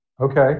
Okay